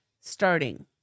starting